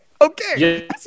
Okay